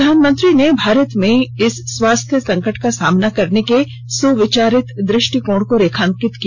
प्रधानमंत्री ने भारत में इस स्वास्थ्य संकट का सामना करने के सुविचारित दु ष्टिकोण को रेखांकित किया